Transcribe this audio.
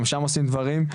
גם שם עושים דברים,